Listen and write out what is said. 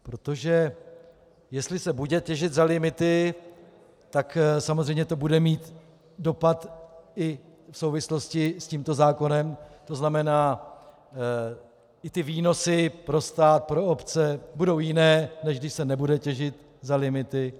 Protože jestli se bude těžit za limity, tak samozřejmě to bude mít dopad i v souvislosti s tímto zákonem, tzn. i výnosy pro stát, pro obce budou jiné, než když se nebude těžit za limity.